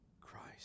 Christ